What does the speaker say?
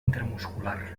intramuscular